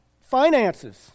Finances